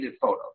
photos